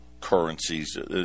currencies